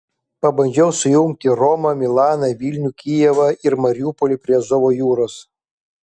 pabandžiau sujungti romą milaną vilnių kijevą ir mariupolį prie azovo jūros